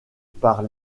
par